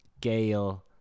gale